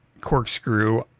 corkscrew